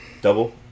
Double